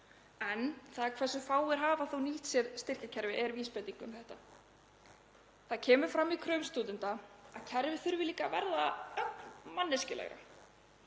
en það hversu fáir hafa nýtt sér styrkjakerfið er vísbending um þetta. Það kemur fram í kröfum stúdenta að kerfið þurfi líka að verða ögn manneskjulegra.